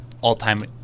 all-time